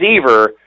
receiver